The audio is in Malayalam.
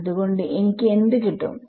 അത്കൊണ്ട് എനിക്ക് എന്ത് കിട്ടും